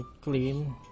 clean